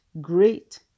great